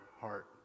heart